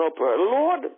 Lord